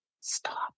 stop